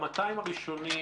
ב-200 הראשונים